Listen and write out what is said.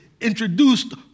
introduced